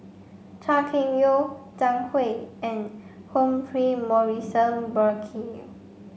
Chua Kim Yeow Zhang Hui and Humphrey Morrison Burkill